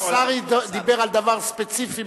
השר דיבר על דבר ספציפי מאוד.